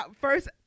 first